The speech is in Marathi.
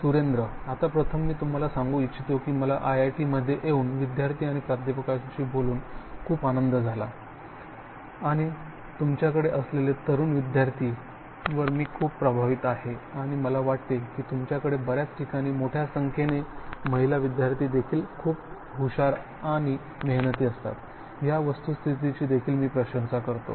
सुरेंद्र आता प्रथम मी तुम्हाला सांगू इच्छितो की मला IIT मध्ये येऊन विद्यार्थी आणि प्राध्यापकांशी बोलून खूप आनंद झाला आणि तुमच्याकडे असलेल्या तरुण विद्यार्थ्यांवर मी खूप प्रभावित आहे आणि मला वाटते की तुमच्याकडे बर्याच ठिकाणी मोठ्या संख्येने महिला विद्यार्थिनी देखील खूप हुशार आणि मेहनती असतात या वस्तुस्थितीची देखील मी प्रशंसा करतो